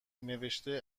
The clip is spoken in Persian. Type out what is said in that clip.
نوشته